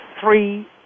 three